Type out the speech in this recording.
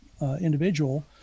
individual